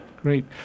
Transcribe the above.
Great